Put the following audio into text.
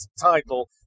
title